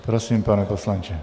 Prosím, pane poslanče.